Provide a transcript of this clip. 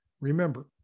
Remember